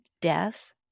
death